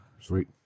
Sweet